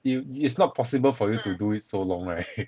i~ is not possible for you to do it so long right